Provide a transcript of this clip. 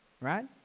right